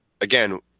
again